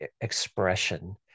expression